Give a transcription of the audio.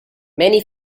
many